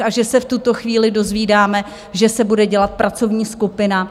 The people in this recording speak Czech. V tuto chvíli se dozvídáme, že se bude dělat pracovní skupina.